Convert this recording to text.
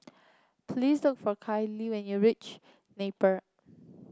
please took for Kyleigh when you reach Napier